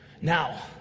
Now